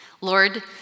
Lord